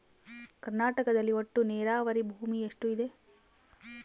ಕರ್ನಾಟಕದಲ್ಲಿ ಒಟ್ಟು ನೇರಾವರಿ ಭೂಮಿ ಎಷ್ಟು ಇದೆ?